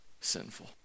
sinful